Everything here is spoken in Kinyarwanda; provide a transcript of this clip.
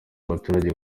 abaturage